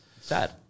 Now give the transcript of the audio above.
sad